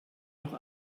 noch